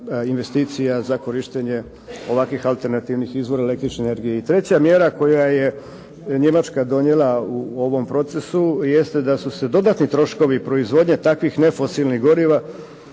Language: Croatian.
investicija za korištenje ovakvih alternativnih izvora električne energije. I treća mjera koju je Njemačka donijela u ovom procesu jeste da su se dodatni troškovi proizvodnje takvih nefosilnih goriva